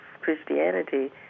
Christianity